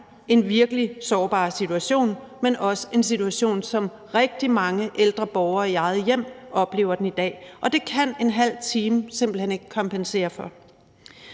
en virkelig sårbar situation, men også en situation, som rigtig mange ældre borgere i eget hjem oplever i dag, og det kan en ½ time simpelt hen ikke kompensere for.